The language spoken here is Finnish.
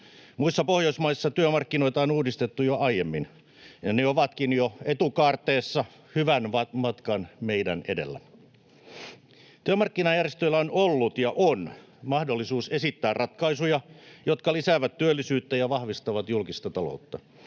Muissa Pohjoismaissa työmarkkinoita on uudistettu jo aiemmin, ja ne ovatkin jo etukaarteessa, hyvän matkan meidän edellämme. Työmarkkinajärjestöillä on ollut ja on mahdollisuus esittää ratkaisuja, jotka lisäävät työllisyyttä ja vahvistavat julkista taloutta.